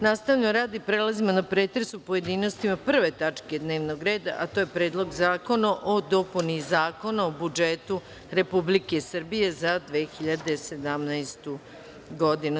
Nastavljamo rad i prelazimo na pretres u pojedinostima 1. tačke dnevnog reda, a to je Predlog zakona o dopuni Zakona o budžetu Republike Srbije za 2017. godinu.